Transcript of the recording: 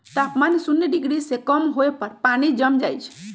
तापमान शुन्य डिग्री से कम होय पर पानी जम जाइ छइ